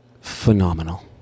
phenomenal